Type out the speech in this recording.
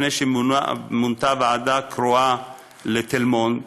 לפני שמונתה ועדה קרואה לתל מונד,